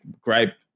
gripe